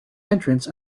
entrance